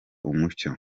umucyo